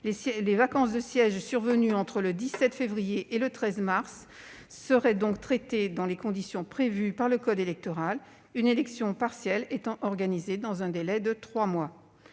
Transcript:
Les vacances de siège survenues entre le 17 février et le 13 mars 2021 seraient donc traitées dans les conditions prévues par le code électoral, avec l'organisation d'une élection partielle dans un délai de trois mois.